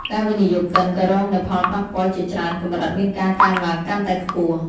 ការវិនិយោគិនក៏រងនូវផលប៉ះពាល់ជាច្រើនកម្រិតមានការកើនឡើងកាន់តែខ្ពស់ ។